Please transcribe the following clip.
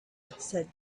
said